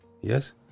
Yes